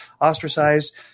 ostracized